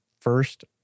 first